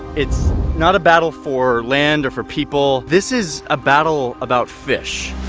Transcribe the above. it's not a battle for land or for people. this is a battle about fish.